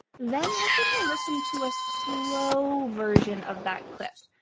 then we're gonna listen to a slow version of that clip.